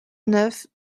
neuf